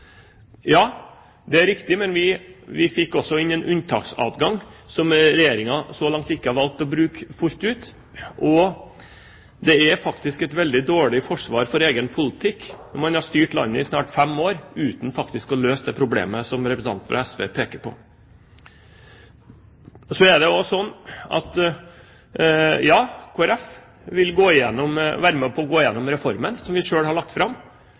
Ja, det er riktig, men vi fikk også inn en unntaksadgang, som Regjeringen så langt har valgt ikke å bruke fullt ut. Det er et veldig dårlig forsvar for egen politikk når man har styrt landet i snart fem år uten faktisk å løse det problemet som representanten fra SV peker på. Kristelig Folkeparti vil være med på å gå igjennom reformen som vi selv har lagt fram